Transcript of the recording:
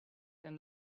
then